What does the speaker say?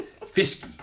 Fisky